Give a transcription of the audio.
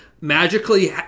magically